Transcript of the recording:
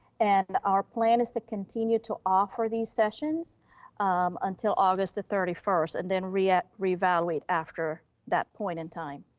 and our plan is to continue to offer these sessions um until august the thirty first and then ah reevaluate after that point in time.